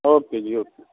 okay ਜੀ